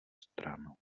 stran